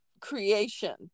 creation